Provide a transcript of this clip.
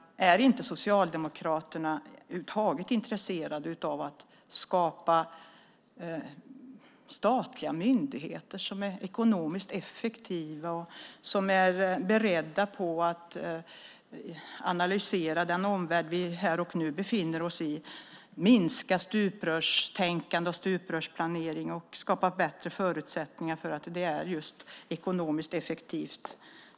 Är inte Socialdemokraterna över huvud taget intresserade av att skapa statliga myndigheter som är ekonomiskt effektiva och beredda på att analysera den omvärld vi här och nu befinner oss i? Det handlar om att minska stuprörstänkande och stuprörsplanering och skapa bättre förutsättningar för att göra det ekonomiskt effektivt.